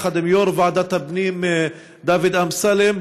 יחד עם יו"ר ועדת הפנים דוד אמסלם,